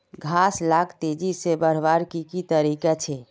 घास लाक तेजी से बढ़वार की की तरीका छे?